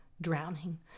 drowning